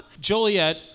Joliet